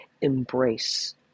embrace